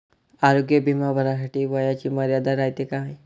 आरोग्य बिमा भरासाठी वयाची मर्यादा रायते काय?